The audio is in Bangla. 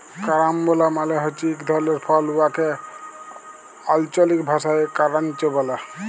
কারাম্বলা মালে হছে ইক ধরলের ফল উয়াকে আল্চলিক ভাষায় কারান্চ ব্যলে